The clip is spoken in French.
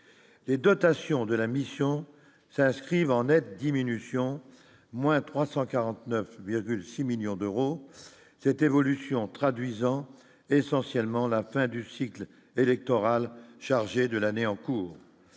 les dotations de la mission s'inscrivent en nette diminution, moins 349,6 millions d'euros, cette évolution en traduisant essentiellement la fin du cycle électoral chargé de l'année en cours,